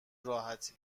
راحتی